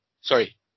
Sorry